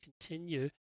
continue